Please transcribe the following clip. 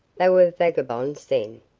they were vagabonds then,